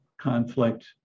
conflict